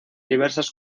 diversas